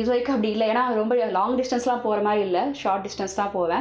இதுவரைக்கும் அப்படி இல்லை ஏன்னால் ரொம்ப லாங் டிஸ்டன்ஸ் எல்லாம் போகிற மாதிரி இல்லை ஷார்ட் டிஸ்டன்ஸ் தான் போவன்